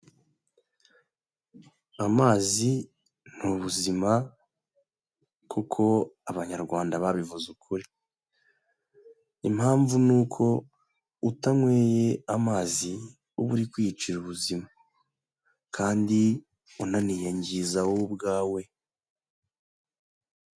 Amazi ni ubuzima, kuko Abanyarwanda babivuze ukuri. Impamvu ni uko utanyweye amazi, uba uri kwiyicira ubuzima, kandi unaniyangiza wowe ubwawe.